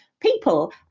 people